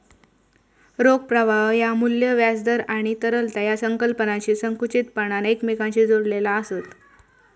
रोख प्रवाह ह्या मू्ल्य, व्याज दर आणि तरलता या संकल्पनांशी संकुचितपणान एकमेकांशी जोडलेला आसत